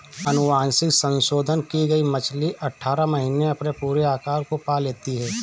अनुवांशिक संशोधन की गई मछली अठारह महीने में अपने पूरे आकार को पा लेती है